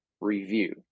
Review